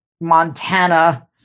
Montana